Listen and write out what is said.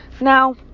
Now